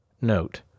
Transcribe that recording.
Note